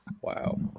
Wow